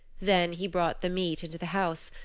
then he brought the meat into the house.